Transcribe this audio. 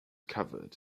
covered